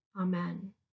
Amen